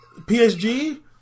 PSG